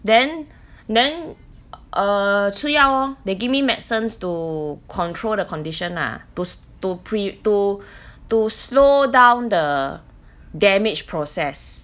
then then err 吃药 oh they give me medicines to control the condition lah to to pre~ to to slow down the damage process